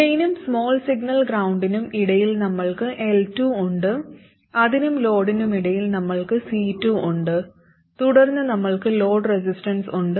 ഡ്രെയിനിനും small signal ഗ്രൌണ്ടിനും ഇടയിൽ നമ്മൾക്ക് L2 ഉണ്ട് അതിനും ലോഡിനുമിടയിൽ നമ്മൾക്ക് C2 ഉണ്ട് തുടർന്ന് നമ്മൾക്ക് ലോഡ് റെസിസ്റ്റൻസ് ഉണ്ട്